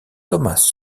thomas